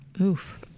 Oof